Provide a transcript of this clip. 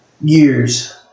years